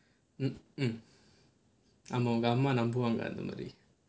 mm mm ஆமா அம்மா நம்புவாங்க அது மாதிரி:aamaa amma nambuvaanga adhu maathiri